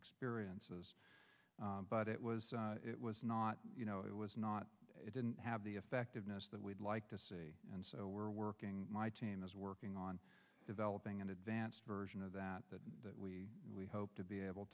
experiences but it was it was not you know it was not it didn't have the effectiveness that we'd like to see and so we're working my team is working on developing an advanced version of that that we hope to be able